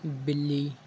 بلی